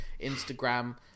Instagram